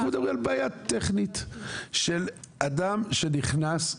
אנחנו מדברים על בעיה טכנית של אדם שנכנס.